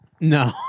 No